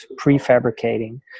prefabricating